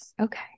Okay